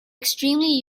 extremely